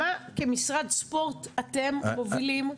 מה כמשרד ספורט אתם מובילים?